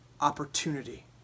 opportunity